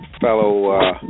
fellow